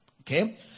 Okay